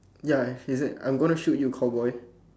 ya is it I gonna shoot you cowboy